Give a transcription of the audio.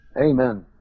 amen